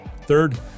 Third